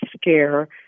Scare